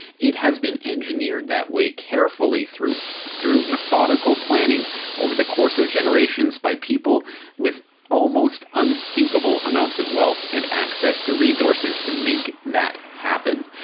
it has been engineered that way carefully through through methodical planning over the course of generations by people with almost unthinkable amounts of wealth and access to resources to make that happen.